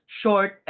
short